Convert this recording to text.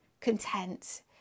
content